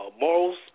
morals